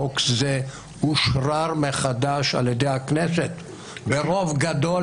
חוק זה אושרר מחדש על ידי הכנסת ברוב גדול,